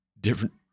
different